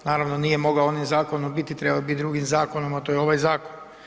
Naravno, nije mogao onim zakonom biti, treba je biti drugim zakonom, a to je ovaj zakon.